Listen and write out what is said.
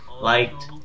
liked